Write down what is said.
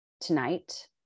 tonight